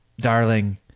darling